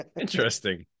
Interesting